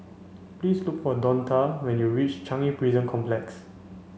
please look for Donta when you reach Changi Prison Complex